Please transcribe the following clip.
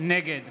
נגד